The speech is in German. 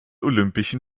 olympischen